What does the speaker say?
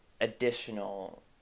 additional